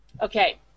Okay